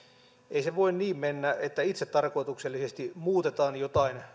ei se voi niin mennä että itsetarkoituksellisesti muutetaan jotain